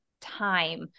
time